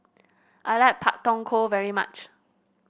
I like Pak Thong Ko very much